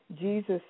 Jesus